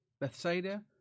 Bethsaida